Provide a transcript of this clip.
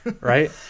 right